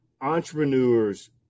entrepreneurs